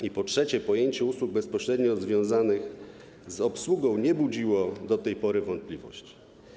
I po trzecie, pojęcie usług bezpośrednio związanych z obsługą nie budziło do tej pory wątpliwości.